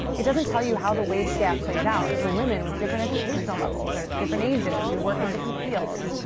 it doesn't tell you how the wage gap plays out for women with different educational levels or different ages, or who work in different fields.